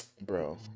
bro